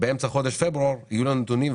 באמצע חודש פברואר יהיו לנו נתונים.